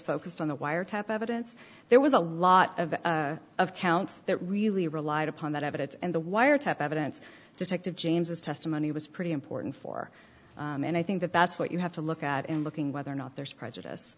focused on the wiretap evidence there was a lot of of counts that really relied upon that evidence and the wiretap evidence detective james his testimony was pretty important for and i think that that's what you have to look at in looking whether or not there's prejudice